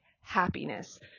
happiness